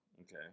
Okay